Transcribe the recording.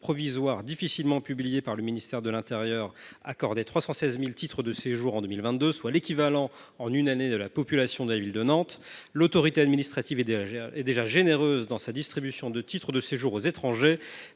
difficilement publiés par le ministère de l’intérieur et des outre mer, a accordé 316 000 titres de séjour en 2022, soit l’équivalent en une année de la population de la ville de Nantes. L’autorité administrative est déjà généreuse dans sa distribution de titres de séjour aux étrangers